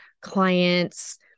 clients